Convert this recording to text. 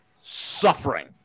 suffering